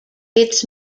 its